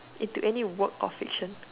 into any work of fiction